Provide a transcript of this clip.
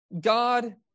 God